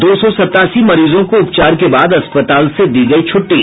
दो सौ सतासी मरीजों को उपचार के बाद अस्पताल से दी गयी छुट्टी